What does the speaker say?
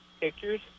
pictures